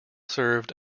served